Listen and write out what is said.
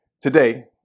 today